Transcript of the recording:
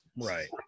Right